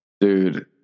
dude